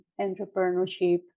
entrepreneurship